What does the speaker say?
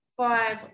Five